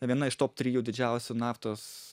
viena iš top trijų didžiausių naftos